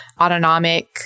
autonomic